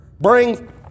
bring